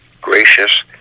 gracious